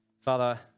Father